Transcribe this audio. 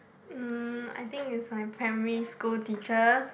mm I think it's my primary school teacher